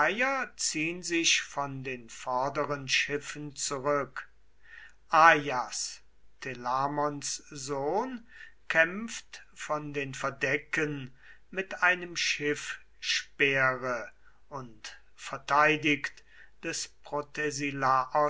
sich von den vorderen schiffen ajas telamons sohn kämpft von den verdecken mit einem schiffspeere und verteidigt des